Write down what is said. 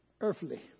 earthly